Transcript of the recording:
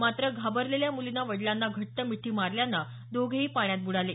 मात्र घाबरलेल्या मुलीनं वडिलांना घट्ट मिठी मारल्यानं दोघेही पाण्यात बुडाले